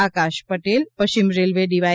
આકાશ પટેલ પશ્ચિમ railway DY